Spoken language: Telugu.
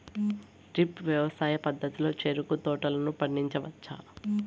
డ్రిప్ వ్యవసాయ పద్ధతిలో చెరుకు తోటలను పండించవచ్చా